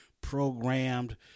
Programmed